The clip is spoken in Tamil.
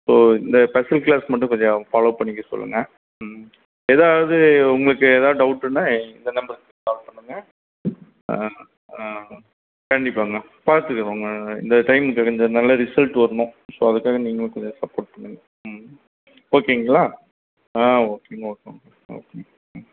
ஸோ இந்த ஸ்பெஸல் கிளாஸ் மட்டும் கொஞ்சம் ஃபாலோவ் பண்ணிக்க சொல்லுங்க ம் எதாவது உங்களுக்கு எதாவது டவுட்டுனால் இந்த நம்பருக்கு கால் பண்ணுங்க ஆ ஆ கண்டிப்பாங்க பார்த்துக்கிறோம் உங்கள் இந்த டைம் கொஞ்சம் நல்ல ரிசல்ட் வரணும் ஸோ அதுக்காக நீங்களும் கொஞ்சம் சப்போர்ட் பண்ணுங்க ம் ஓகேங்களா ஆ ஓகேங்க ஓகே ஓகே ஓகேங்க ம்